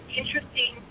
interesting